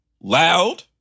loud